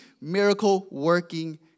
miracle-working